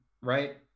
right